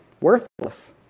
worthless